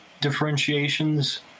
differentiations